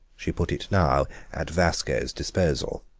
she put it now at vasco's disposal.